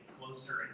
closer